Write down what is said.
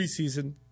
preseason